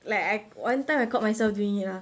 like I one time I caught myself doing it uh